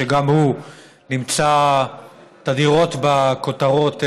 שגם הוא נמצא תדירות בכותרות לאחרונה,